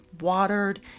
watered